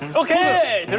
and ok.